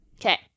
Okay